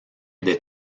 des